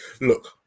Look